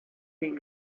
den